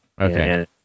Okay